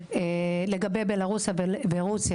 לגבי בלרוסיה ורוסיה,